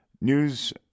news